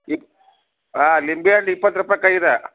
ಇಪ್ ಹಾಂ ಲಿಂಬಿಹಣ್ಣು ಇಪ್ಪತ್ತು ರೂಪಾಯ್ಗ್ ಐದು